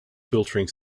filtering